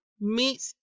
meets